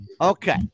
Okay